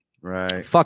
right